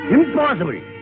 Impossible